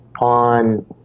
on